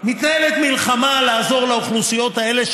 מתנהלת מלחמה לעזור לאוכלוסיות האלה,